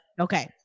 okay